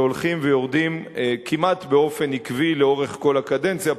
שהולכים ויורדים כמעט באופן עקבי לאורך כל הקדנציה,